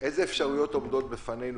איזה אפשרויות עומדות בפנינו?